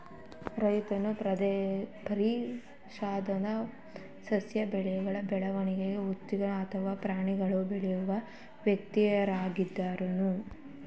ರೈತನು ಪರಿಶ್ರಮದಿಂದ ಸಸ್ಯ ಬೆಳೆಗಳ ಬೆಳವಣಿಗೆ ಉತ್ತೇಜಿಸುವ ಅಥವಾ ಪ್ರಾಣಿಗಳನ್ನು ಬೆಳೆಸುವ ವ್ಯಕ್ತಿಯಾಗಿದ್ದನು